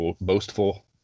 boastful